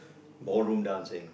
ballroom dancing